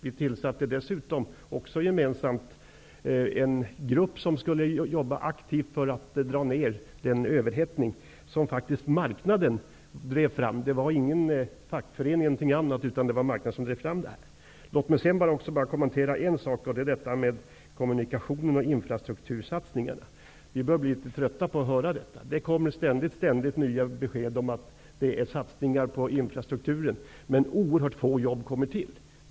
Vi tillsatte dessutom, också gemensamt, en grupp som skulle arbeta aktivt för att få ner den överhettning som faktiskt marknaden drev fram. Det var inte någon fackförening utan marknaden som drev fram den. Låt mig så få kommentera detta med kommunikationer och infrastruktursatsningar. Vi börjar bli trötta på att få höra det. Det kommer ständigt nya besked på satsningar på infrastrukturen, men oerhört få jobb kommer till.